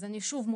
אז אני שוב,